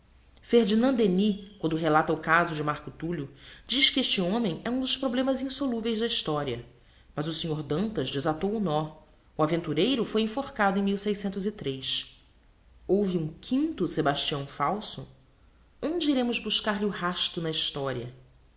ferdinand denis quando relata o caso de marco tullio diz que este homem é um dos problemas insoluveis da historia mas o snr dantas desatou o nó o aventureiro foi enforcado em houve um quinto sebastião falso onde iremos buscar lhe o rasto na historia